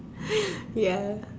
ya